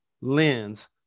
lens